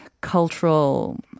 cultural